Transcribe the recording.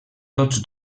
tots